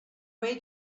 way